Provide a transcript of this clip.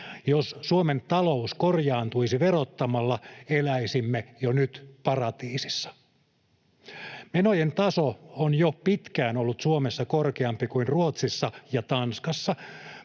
Jos Suomen talous korjaantuisi verottamalla, eläisimme jo nyt paratiisissa. Menojen taso on jo pitkään ollut Suomessa korkeampi kuin Ruotsissa ja Tanskassa,